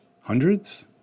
hundreds